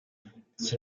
ndetse